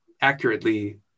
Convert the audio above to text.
accurately